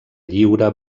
lliure